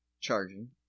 charging